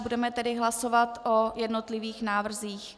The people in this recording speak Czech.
Budeme tedy hlasovat o jednotlivých návrzích.